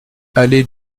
allée